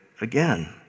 again